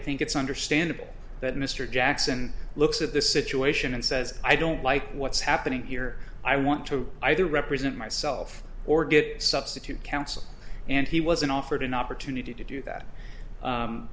think it's understandable that mr jackson looks at the situation and says i don't like what's happening here i want to either represent myself or get substitute counsel and he wasn't offered an opportunity to do that